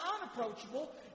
unapproachable